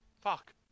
fuck